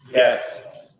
yes.